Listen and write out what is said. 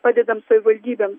padedam savivaldybėm